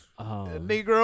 Negro